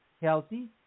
healthy